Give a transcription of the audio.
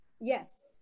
yes